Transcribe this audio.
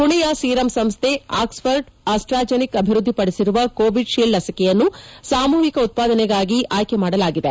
ಪುಣೆಯ ಸೀರಮ್ ಸಂಸ್ಥೆ Oxford AstraZeneca ಅಭಿವ್ವದ್ದಿಪಡಿಸಿರುವ ಕೋವಿಡ್ ಶೀಲ್ಡ್ ಲಸಿಕೆಯನ್ನು ಸಾಮೂಹಿಕ ಉತ್ಪಾದನೆಗಾಗಿ ಆಯ್ಕೆ ಮಾಡಲಾಗಿದೆ